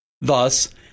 Thus